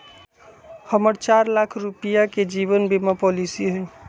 हम्मर चार लाख रुपीया के जीवन बीमा पॉलिसी हई